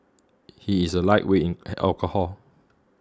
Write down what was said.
he is a lightweight in alcohol